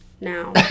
now